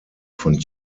von